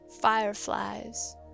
fireflies